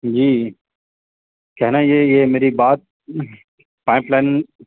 جی کہنا یہ یہ میری بات پائپ لائن